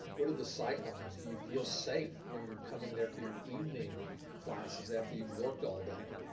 what are the sight lines, do you feel safe when you're coming there for your evening classes after you've worked all day.